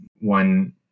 one